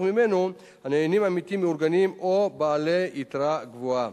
שממנו נהנים עמיתים מאורגנים או בעלי יתרה גבוהה.